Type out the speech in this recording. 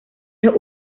los